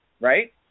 right